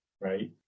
right